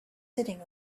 sitting